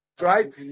right